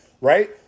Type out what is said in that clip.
right